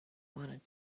wanted